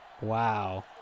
Wow